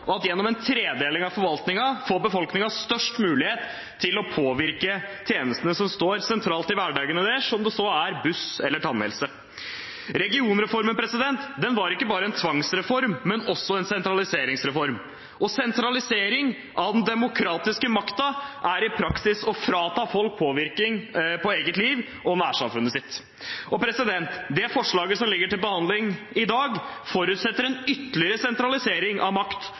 og at gjennom en tredeling av forvaltningen får befolkningen størst mulighet til å påvirke tjenestene som står sentralt i hverdagen deres, om det så er buss eller tannhelse. Regionreformen var ikke bare en tvangsreform, men også en sentraliseringsreform. Sentralisering av den demokratiske makten er i praksis å frata folk påvirkning over eget liv og nærsamfunnet deres. Det forslaget som ligger til behandling i dag, forutsetter en ytterligere sentralisering av makt,